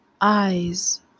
eyes